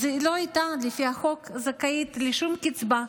אז היא לא הייתה לפי החוק זכאית לשום קצבה,